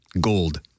Gold